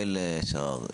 יעל שרר,